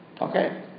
Okay